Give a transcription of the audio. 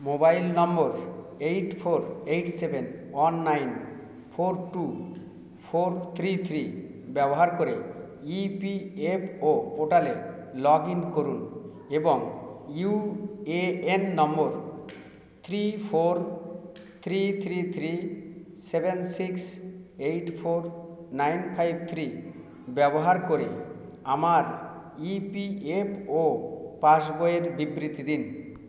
mobile number eight four eight seven one nine four two four three three ব্যবহার করে EPFO পোর্টালে log in করুন এবং UAN number three four three three three seven six eight four nine five three ব্যবহার করে আমার EPFO পাসবইয়ের বিবৃতি দিন